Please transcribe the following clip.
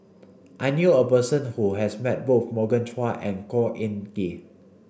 I knew a person who has met both Morgan Chua and Khor Ean Ghee